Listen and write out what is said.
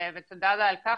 ותודה לה על כך,